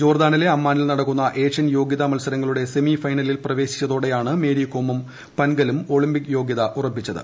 ജോർദ്ദാനിലെ അമ്മാനിൽ നടക്കുന്ന ഏഷ്യൻ യോഗ്യതാ മത്സരങ്ങളുടെ സെമി ഫൈനലിൽ പ്രവേശിച്ചതോടെയാണ് മേരികോമും അമിതും ഒളിമ്പിക് യോഗൃത ഉറപ്പിച്ചത്